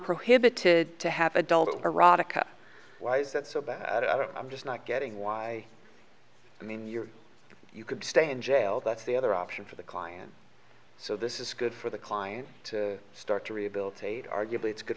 prohibited to have adult erotica why is that so bad i'm just not getting why i mean you're you could stay in jail that's the other option for the client so this is good for the client to start to rehabilitate arguably it's good